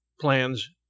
plans